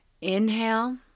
inhale